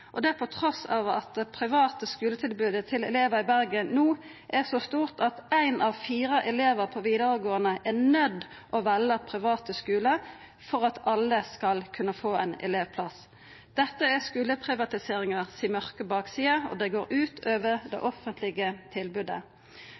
at det private skuletilbodet til elevar i Bergen no er så stort at éin av fire elevar på vidaregåande er nøydd til å velja private skular for at alle skal kunna få ein elevplass. Dette er den mørke baksida av skuleprivatiseringa, og det går ut over det